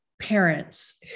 parents